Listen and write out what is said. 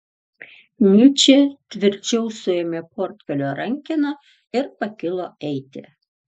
nyčė tvirčiau suėmė portfelio rankeną ir pakilo eiti